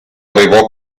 arrivò